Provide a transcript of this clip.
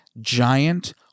giant